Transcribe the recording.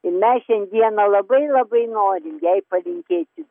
ir mes šiandieną labai labai norim jai palinkėti